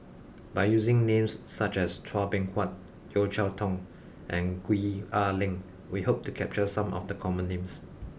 by using names such as Chua Beng Huat Yeo Cheow Tong and Gwee Ah Leng we hope to capture some of the common names